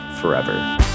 forever